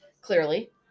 clearly